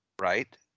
right